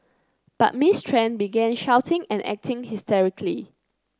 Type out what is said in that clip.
but Ms Tran began shouting and acting hysterically